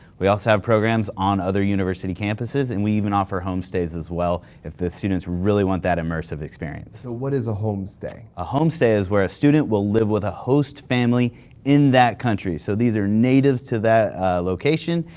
we also have programs on other university campuses and we even offer home stays as well if the students really want that immersive experience. so what is a home stay? a home stay is where a student will live with a host family in that country. so these are natives to that ah location,